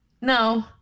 No